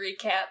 recap